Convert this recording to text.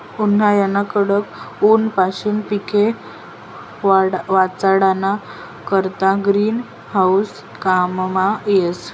उन्हायाना कडक ऊनपाशीन पिके वाचाडाना करता ग्रीन हाऊस काममा येस